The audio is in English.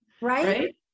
Right